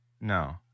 No